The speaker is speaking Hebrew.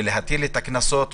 ולהטיל את הקנסות,